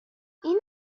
این